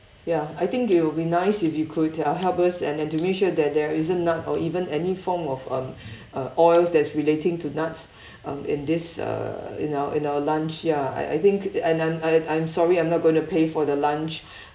ya I think it will be nice if you could uh help us and then to make sure that there isn't nut or even any form of uh uh oils that's relating to nuts um in this uh in our in our lunch ya I I think and I'm uh I'm sorry I'm not going to pay for the lunch